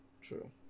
True